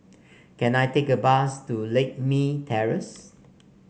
can I take a bus to Lakme Terrace